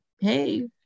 hey